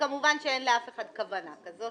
וכמובן שאין לאף אחד כוונה כזאת.